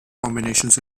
combinations